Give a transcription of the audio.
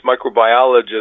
microbiologist